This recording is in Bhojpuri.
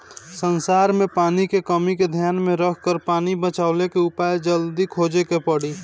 संसार में पानी के कमी के ध्यान में रखकर पानी बचवले के उपाय जल्दी जोहे के पड़ी